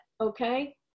okay